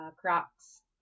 Crocs